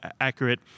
accurate